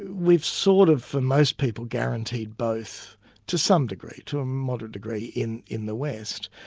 we've sort of for most people guaranteed both to some degree, to a moderate degree in in the west.